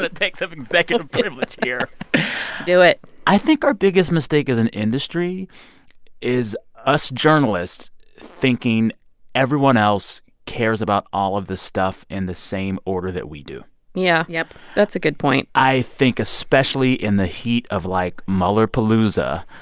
take so some executive privilege here do it i think our biggest mistake as an industry is us journalists thinking everyone else cares about all of this stuff in the same order that we do yeah yep that's a good point i think especially in the heat of, like, mueller-palooza,